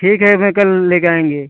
ठीक है मैं कल ले के आएँगे